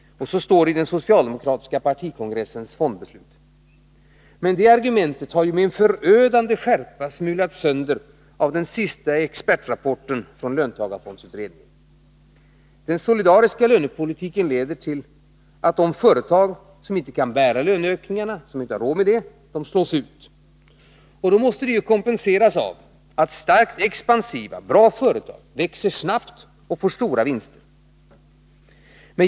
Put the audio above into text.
Så heter det i den socialdemokratiska partikongressens fondbeslut. Det argumentet har med en förödande skärpa smulats sönder av den sista expertrapporten från löntagarfondsutredningen. Den solidariska lönepolitiken leder till att de företag som inte kan bära löneökningarna, som inte har råd med det, slås ut. Det måste kompenseras av att starkt expansiva företag växer snabbt och får stora vinster.